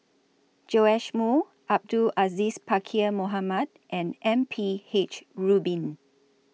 Joash Moo Abdul Aziz Pakkeer Mohamed and M P H Rubin